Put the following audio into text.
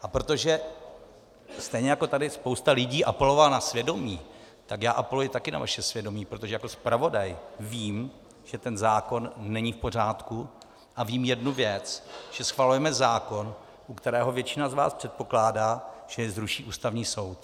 A protože, stejně jako tady spousta lidí apelovala na svědomí, tak já apeluji také na vaše svědomí, protože jako zpravodaj vím, že ten zákon není v pořádku, a vím jednu věc, že schvalujeme zákon, u kterého většina z vás předpokládá, že jej zruší Ústavní soud.